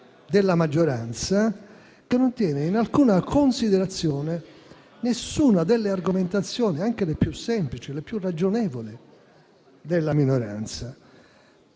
della maggioranza, che non tiene in considerazione nessuna delle argomentazioni, neanche le più semplici e le più ragionevoli, della minoranza.